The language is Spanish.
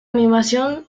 animación